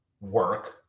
work